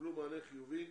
קיבלו מענה חיובי